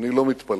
אני לא מתפלא,